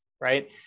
right